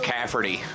Cafferty